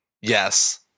Yes